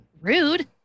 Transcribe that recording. rude